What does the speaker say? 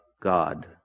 God